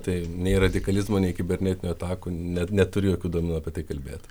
tai nei radikalizmo nei kibernetinių atakų net neturiu jokių duomenų apie tai kalbėt